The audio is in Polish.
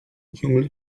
ciągle